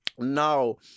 No